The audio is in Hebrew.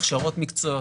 הכשרות מקצועיות,